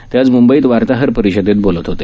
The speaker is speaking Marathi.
ते आज म्ंबईत वार्ताहर परिषदेत बोलत होते